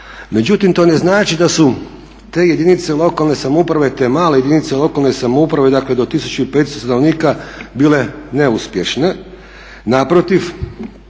Međutim to ne znači da su te jedinice lokalne samouprave, te male jedinice lokalne samouprave dakle do 1500 stanovnika bile neuspješne.